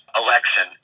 election